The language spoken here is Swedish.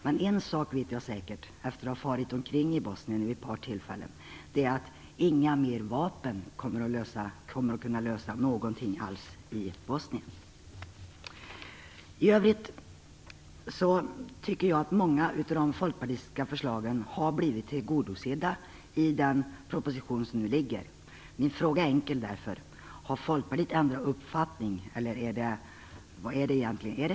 Men en sak vet jag säkert efter att ha farit omkring i Bosnien vid ett par tillfällen, och det är att inga mer vapen kommer att kunna lösa någonting alls i Bosnien. I övrigt tycker jag att många av de folkpartistiska förslagen har blivit tillgodosedda i den proposition som nu föreligger. Min fråga är därför enkel: Har Folkpartiet ändrat uppfattning, eller vad är det egentligen fråga om?